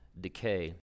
decay